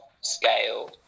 scale